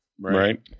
Right